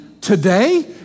today